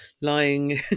lying